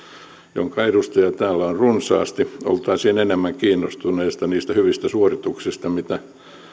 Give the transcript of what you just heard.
jonka edustajia täällä on runsaasti oltaisiin enemmän kiinnostuneita niistä hyvistä suorituksista mitä